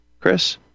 chris